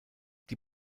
die